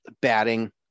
batting